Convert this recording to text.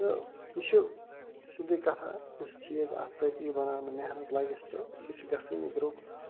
تہٕ یہِ چھِ سیٚودُے کَتھا یُس چیٖز اَتھٕ سۭتۍ یِیہِ بناونہٕ محنت لَگیٚس تہٕ سُہ چھُ گژھانٕے درٛۅگ